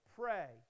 pray